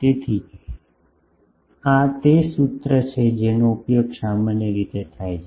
તેથી આ તે સૂત્ર છે જેનો ઉપયોગ સામાન્ય રીતે થાય છે